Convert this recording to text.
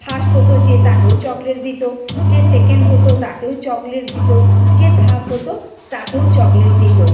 first হতো যে তাকেও চকোলেট দিত যে সেকেন্ড হতো তাকেও চকোলেট দিত যে থার্ড হতো তাকেও চকোলেট দিত